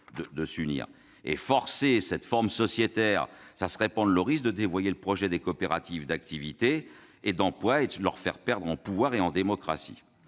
de s'unir. Imposer cette forme sociale présenterait le danger de dévoyer le projet des coopératives d'activité et d'emploi et de leur faire perdre en pouvoir et en démocratie.